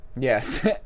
Yes